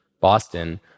Boston